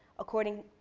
according